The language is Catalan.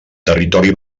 territori